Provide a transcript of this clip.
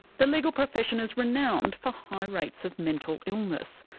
the legal profession is renowned for high rates of mental illness.